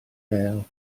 pêl